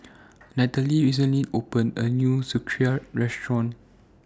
Nathaly recently opened A New Sauerkraut Restaurant